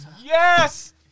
yes